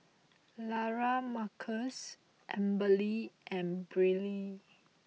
Lamarcus Amberly and Brielle